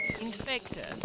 Inspector